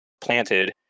planted